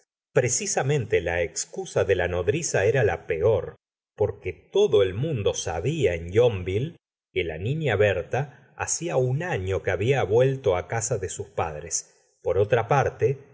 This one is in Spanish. precisamente la excusa de la nodriza era la peor porque todo el mundo sabia en yonville que la niña berta hacía un año que había vuelto casa de sus padres por otra parte